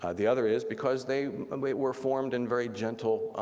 ah the other is, because they were formed in very gentle